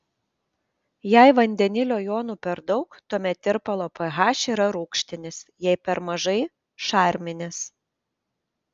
jei vandenilio jonų per daug tuomet tirpalo ph yra rūgštinis jei per mažai šarminis